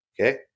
Okay